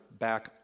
Back